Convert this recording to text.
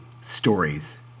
stories